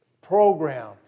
program